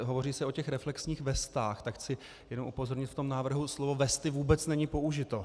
Hovoří se o těch reflexních vestách, tak chci jenom upozornit v tom návrhu slovo vesty vůbec není použito.